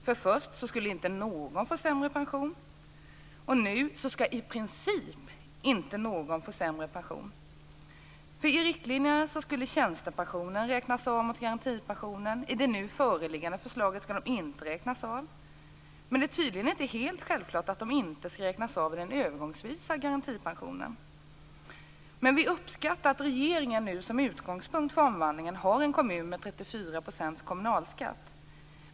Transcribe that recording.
Först skulle inte någon få sämre pension, nu skall i princip inte någon få sämre pension. I riktlinjerna skulle tjänstepensionen räknas av mot garantipensionen. I det nu föreliggande förslaget skall den inte räknas av. Men det är tydligen inte helt självklart att den inte skall räknas av i den övergångsvisa garantipensionen. Vi uppskattar att regeringen nu som utgångspunkt för omvandlingen har en kommun med 34 % kommunalskatt.